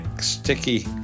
sticky